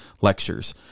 lectures